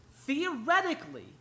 theoretically